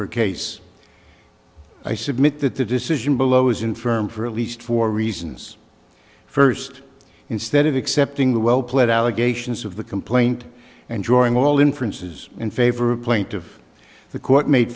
her case i submit that the decision below is in firm for at least four reasons first instead of accepting the well pled allegations of the complaint and drawing all inferences in favor of point of the court made